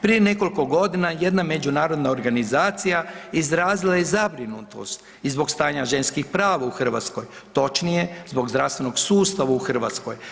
Prije nekoliko godina jedna međunarodna organizacija izrazila je zabrinutost i zbog stanja ženskih prava u Hrvatskoj, točnije zbog zdravstvenog sustava u Hrvatskoj.